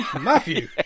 Matthew